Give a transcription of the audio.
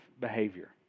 behavior